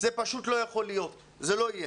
זה פשוט לא יכול להיות וזה לא יהיה.